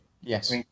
Yes